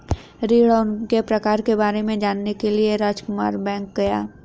ऋण और उनके प्रकार के बारे में जानने के लिए रामकुमार बैंक गया